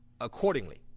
accordingly